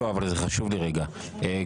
חשוב לי רגע,